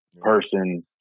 person